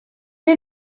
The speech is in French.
est